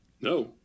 No